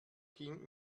ging